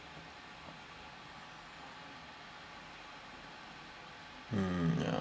um ya